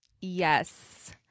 Yes